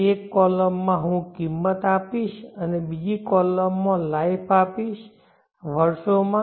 પછી એક કોલમ માં હું કિંમત આપીશ અને બીજી કોલમ માં લાઈફ આપીશ વર્ષોમાં